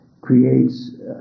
creates